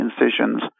incisions